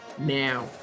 now